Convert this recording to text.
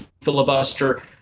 filibuster